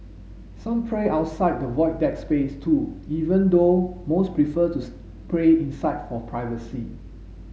some pray outside the Void Deck space too even though most prefer to spray inside for privacy